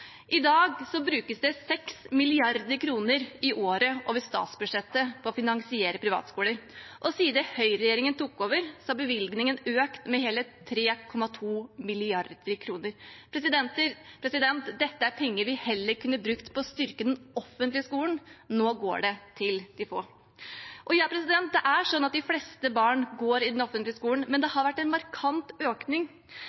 I dag brukes det 6 mrd. kr i året over statsbudsjettet på å finansiere privatskoler. Siden høyreregjeringen tok over, har bevilgningene økt med hele 3,2 mrd. kr. Dette er penger vi heller kunne brukt på å styrke den offentlige skolen. Nå går det til de få. De fleste barn går i den offentlige skolen, men det har vært en markant økning – i de største byene går rundt hver tiende ungdomsskoleelev på privatskole. Det